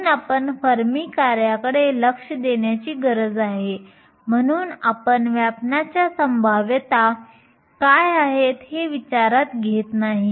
म्हणून आपण फर्मि कार्याकडे लक्ष देण्याची गरज आहे म्हणून आपण व्यापणाच्या संभाव्यता काय आहे हे विचारात घेत नाही